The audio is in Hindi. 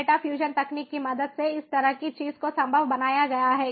डेटा फ्यूजन तकनीक की मदद से इस तरह की चीज को संभव बनाया गया है